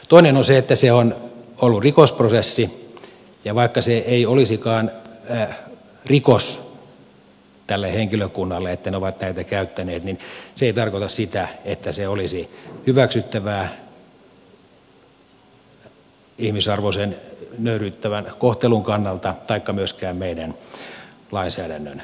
toinen on se että se on ollut rikosprosessi ja vaikka se ei olisikaan rikos tälle henkilökunnalle että ne ovat näitä käyttäneet niin se ei tarkoita sitä että se olisi hyväksyttävää ihmisarvoisen nöyryyttävän kohtelun kannalta taikka myöskään meidän lainsäädäntömme kannalta